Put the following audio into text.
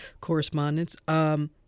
correspondence